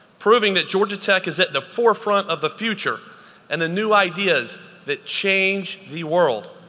proving that georgia tech is at the forefront of the future and the new ideas that change the world.